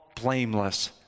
blameless